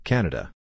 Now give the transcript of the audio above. Canada